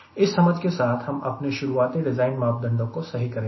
इस समझ के साथ हम अपने शुरुआती डिज़ाइन मापदंडों को सही करेंगे